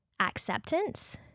acceptance